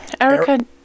Erica